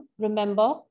remember